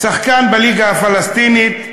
שחקן בליגה הפלסטינית,